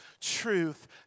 Truth